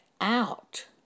out